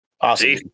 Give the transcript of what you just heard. Awesome